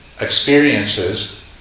experiences